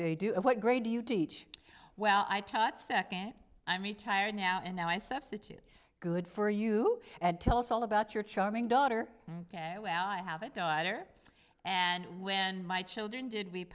they do it what grade do you teach well i taught second i mean tired now and i substitute good for you and tell us all about your charming daughter yeah i have a daughter and when my children did we